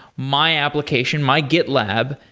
my application, my gitlab,